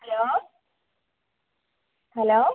hello hello